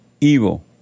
evil